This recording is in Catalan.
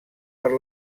per